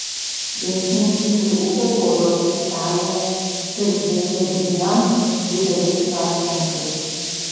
priešininkai turi ūgio baudos aikštelėje ir žaidžia dviem dideliais krepšininkais